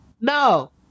No